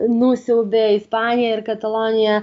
nusiaubė ispaniją ir kataloniją